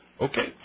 Okay